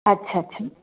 अच्छा अच्छा